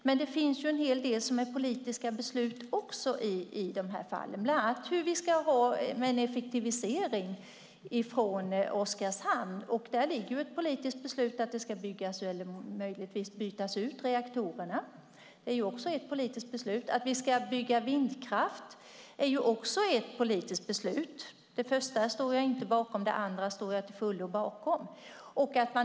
Men det finns också en hel del som är politiska beslut, bland annat hur vi ska ha det med en effektivisering från Oskarshamn, och då behöver man kanske förstärka ledningarna. Det finns ett politiskt beslut att det ska byggas eller möjligtvis bytas ut reaktorer. Att vi ska bygga vindkraft är också ett politiskt beslut. Det första står jag inte bakom; det andra står jag till fullo bakom.